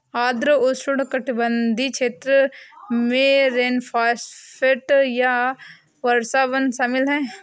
आर्द्र उष्णकटिबंधीय क्षेत्र में रेनफॉरेस्ट या वर्षावन शामिल हैं